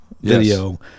video